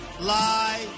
lie